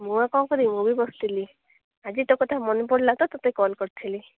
ମୁଁ ଆଉ କ'ଣ କରିବି ମୁଁ ବି ବସିଥିଲି ଆଜି ତୋ କଥା ମନେପଡ଼ିଲା ତ ତତେ କଲ୍ କରିଥିଲି